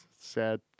Sad